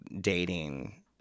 dating